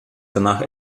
danach